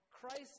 Christ